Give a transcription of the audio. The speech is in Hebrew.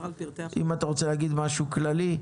אם אתה רוצה להגיד משהו כללי,